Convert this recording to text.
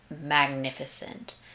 magnificent